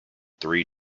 three